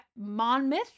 Monmouth